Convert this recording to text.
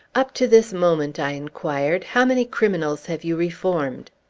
up to this moment, i inquired, how many criminals have you reformed?